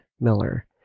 Miller